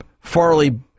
Farley